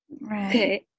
Right